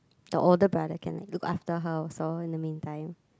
the older brother can look after her also in the meantime